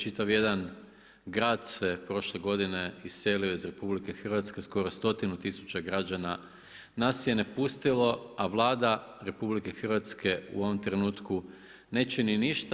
Čitav jedan grad se prošle godine iselio iz RH, skoro stotinu tisuća građana nas je napustilo, a vlada RH u ovom trenutku neće ni ništa.